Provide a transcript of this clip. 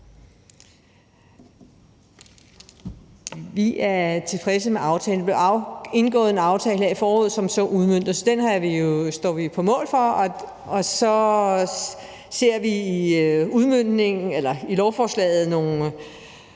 Vi er tilfredse med aftalen. Der blev indgået en aftale her i foråret, som så udmøntes. Den står vi på mål for, og så ser vi i lovforslaget nogle